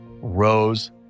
rose